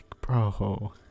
bro